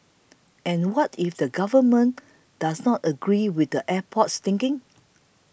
and what if the Government does not agree with the airport's thinking